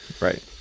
Right